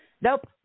nope